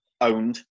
owned